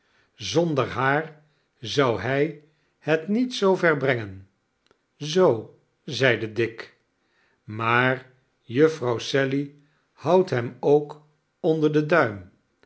zonder haar zou hij het niet zoover brengen zoo zeide dick maar jufvrouw sally houdt hem ook onder den duim